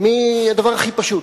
מהדבר הכי פשוט,